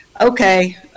okay